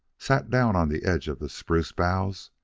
sat down on the edge of the spruce boughs,